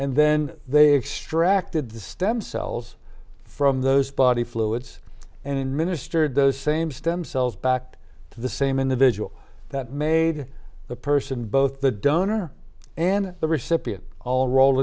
and then they extracted the stem cells from those body fluids and in ministered those same stem cells back to the same individual that made the person both the donor and the recipient all rol